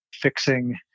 fixing